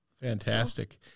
Fantastic